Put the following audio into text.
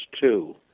two